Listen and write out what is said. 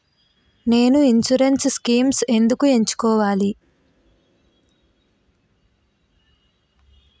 నేను insurance schemes ఎందుకు ఎంచుకోవాలి?